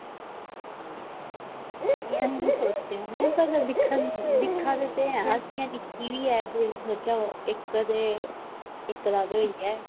अस दिक्खे दा ते ऐ निक्की बी ऐ इक ते इक दा ते होई गेआ ऐ